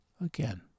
again